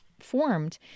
formed